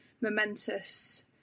momentous